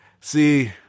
See